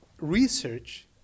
research